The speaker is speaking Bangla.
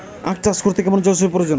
আখ চাষ করতে কেমন জলসেচের প্রয়োজন?